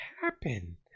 happen